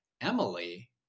Emily